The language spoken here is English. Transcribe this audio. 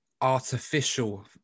artificial